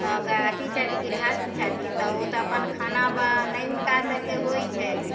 अऽ गा अथी छथि गिरहस्थ छथिन तऽ ओतऽ अपन खाना बऽ नहि हुनका सभके होइ छै